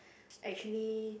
actually